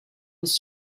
his